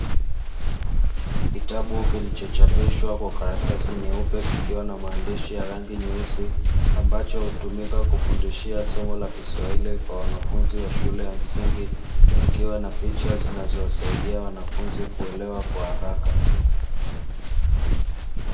Kitabu kilichochapishwa kwa karatasi nyeupe kikiwa na maandishi ya rangi nyeusi, ambacho hutumika kufundishia somo la kiswahili kwa wanafunzi wa shule ya msingi, kikiwa na picha zinazowasaidia wanafunzi kuelewa kwa haraka.